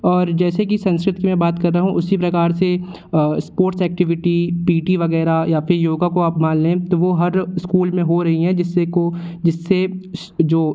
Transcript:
और जैसे कि संस्कृत की मैं बात कर रहा हूँ उसी प्रकार से स्पोर्ट्स एक्टिविटी पी टी वगैरह या फिर योग को आप मान लें तो व हर स्कूल में हो रही हैं जिसको जिससे जो